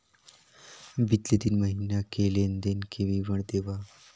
बितले तीन महीना के लेन देन के विवरण देवा?